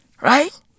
right